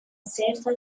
safer